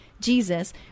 Jesus